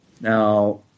Now